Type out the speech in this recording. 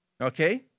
Okay